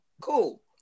cool